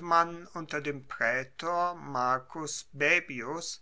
mann unter dem praetor marcus baebius